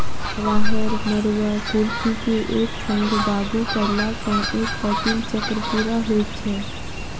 राहैड़, मरूआ, कुर्थी के एक संग बागु करलासॅ एक फसिल चक्र पूरा होइत छै